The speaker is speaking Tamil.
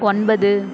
ஒன்பது